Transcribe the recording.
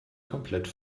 komplett